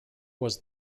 was